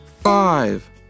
Five